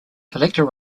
collector